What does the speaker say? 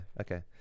Okay